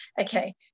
okay